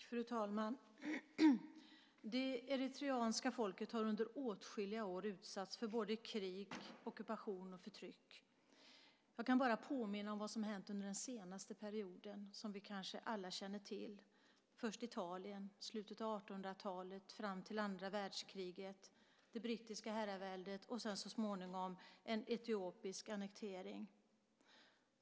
Fru talman! Det eritreanska folket har under åtskilliga år utsatts för både krig, ockupation och förtryck. Jag kan bara påminna om vad som har hänt under den senaste perioden, som vi kanske alla känner till. Det var först Italien i slutet av 1800-talet fram till andra världskriget. Sedan kom det brittiska herraväldet och så småningom en etiopisk annektering.